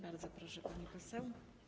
Bardzo proszę, pani poseł.